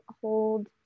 hold